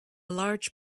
large